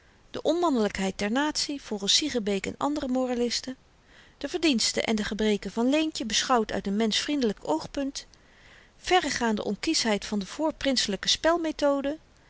de onmannelykheid der natie volgens siegenbeek en andere moralisten de verdiensten en de gebreken van leentje beschouwd uit n menschenvriendelyk oogpunt verregaande onkiesheid van de